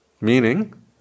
meaning